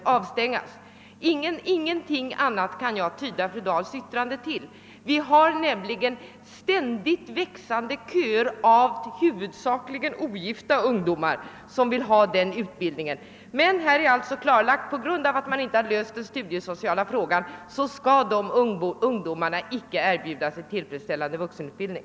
Jag kan inte tyda fru Dahls yttrande på något annat sätt. Vi har näm ligen en ständigt växande kö av huvudsakligen ogifta ungdomar som vill ha den utbildningen. Men nu är det alltså klarlagt att dessa ungdomar, på grund av att man inte löst den studiesociala frågan, inte skall erbjudas en tillfredsställande utbildning.